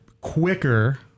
quicker